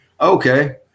Okay